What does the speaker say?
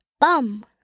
Bum